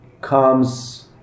comes